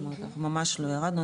אנחנו ממש לא ירדנו,